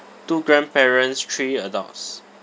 two grandparents three adults